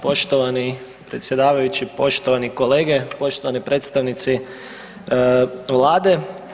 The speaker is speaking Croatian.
Poštovani predsjedavajući, poštovani kolege, poštovani predstavnici Vlade.